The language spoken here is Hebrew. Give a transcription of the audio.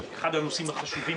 פעם ראשונה שאתה נמצא כאן